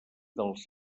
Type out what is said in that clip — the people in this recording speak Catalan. dels